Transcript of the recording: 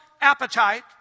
appetite